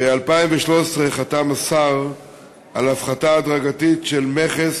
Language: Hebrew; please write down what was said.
ב-2013 חתם השר על הפחתה הדרגתית של מכס